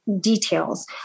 details